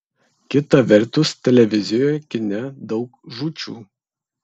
kita vertus televizijoje kine daug žūčių